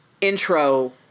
intro